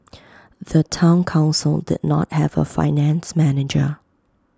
the Town Council did not have A finance manager